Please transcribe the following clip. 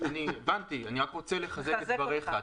אני הבנתי, אני רק רוצה לחזק את דבריך.